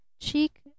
cheek